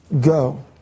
go